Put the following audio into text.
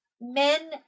men